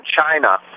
China